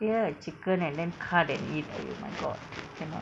rear a chicken and then cut and eat !aiyo! my god cannot